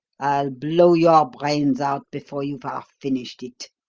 i'll blow your brains out before you've half finished it.